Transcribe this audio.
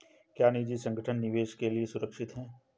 क्या निजी संगठन निवेश के लिए सुरक्षित हैं?